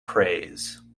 praise